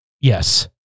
Yes